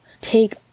take